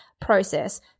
process